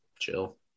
chill